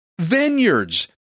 vineyards